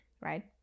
right